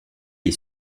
est